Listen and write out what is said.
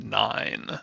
nine